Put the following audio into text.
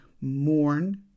mourn